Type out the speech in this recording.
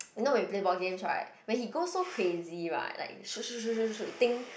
you know when we play ball games right when he go so crazy right like shoot shoot shoot shoot shoot think